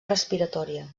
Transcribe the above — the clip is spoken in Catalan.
respiratòria